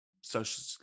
social